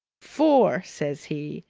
for, says he,